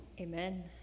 Amen